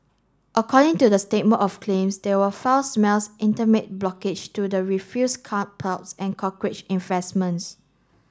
according to the statement of claims there were foul smells intermit blockage to the refuse can't piles and cockroach